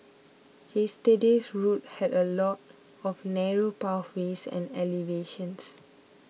yesterday's route had a lot of narrow pathways and elevations